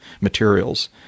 materials